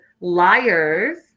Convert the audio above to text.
liars